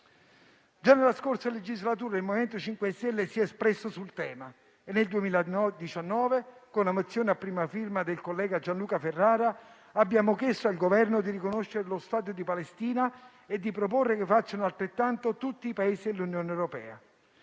Già nella scorsa legislatura il MoVimento 5 Stelle si è espresso sul tema e nel 2019, con la mozione a prima firma del collega Gianluca Ferrara, abbiamo chiesto al Governo di riconoscere lo Stato di Palestina e di proporre che facciano altrettanto tutti i Paesi dell'Unione europea.